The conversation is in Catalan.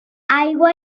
aigua